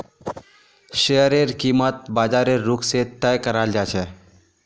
शेयरेर कीमत बाजारेर रुख से तय कराल जा छे